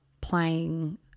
playing